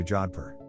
Jodhpur